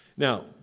Now